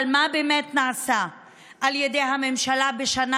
אבל מה באמת נעשה על ידי הממשלה בשנה